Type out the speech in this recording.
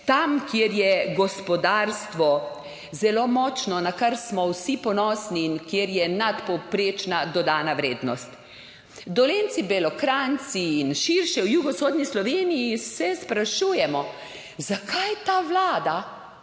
Tam, kjer je gospodarstvo zelo močno, na kar smo vsi ponosni, in kjer je nadpovprečna dodana vrednost, Dolenjci, Belokranjci in širše v jugovzhodni Sloveniji se sprašujemo, zakaj ta Vlada,